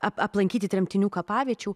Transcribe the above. ap aplankyti tremtinių kapaviečių